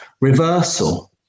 reversal